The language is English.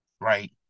right